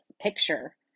picture